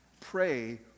Pray